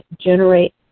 generate